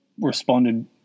responded